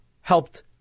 helped